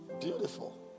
Beautiful